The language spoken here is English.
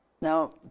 Now